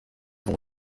vont